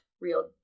real